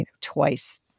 twice